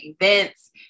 events